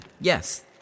yes